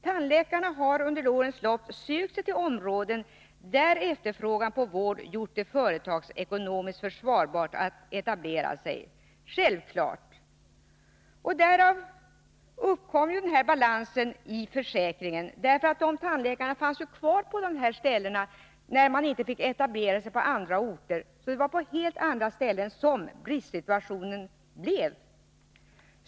Tandläkarna har under årens lopp sökt sig till områden där efterfrågan på vård har gjort det företagsekonomiskt försvarbart att etablera sig. Det är självklart. Därav uppkom obalansen i fråga om försäkringen, därför att dessa tandläkare ju fanns kvar på dessa platser när de inte fick etablera sig på andra orter. Det var alltså på helt andra orter som det uppstod en bristsituation.